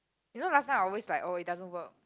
you know last time I always like oh it doesn't work